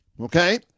okay